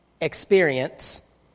experience